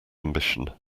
ambition